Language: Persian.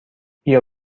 بیا